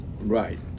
Right